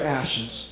ashes